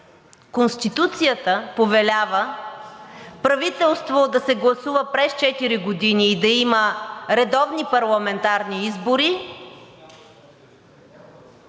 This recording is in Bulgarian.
Конституцията повелява правителство да се гласува през 4 години и да има редовни парламентарни избори